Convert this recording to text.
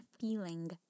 feeling